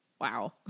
Wow